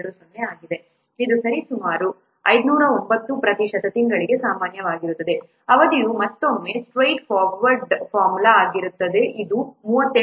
20 ಆಗಿದೆ ಇದು ಸರಿಸುಮಾರು 509 ಪ್ರತಿಶತ ತಿಂಗಳಿಗೆ ಸಮಾನವಾಗಿರುತ್ತದೆ ಅವಧಿಯು ಮತ್ತೊಮ್ಮೆ ಸ್ಟ್ರೈಟ್ ಫಾರ್ವರ್ಡ್ ಫಾರ್ಮುಲಾ ಆಗಿರುತ್ತದೆ ಇದು 38